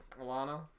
alana